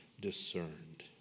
Discerned